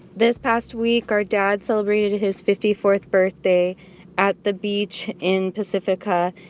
this past week, our dad celebrated his fifty fourth birthday at the beach in pacifica.